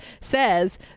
Says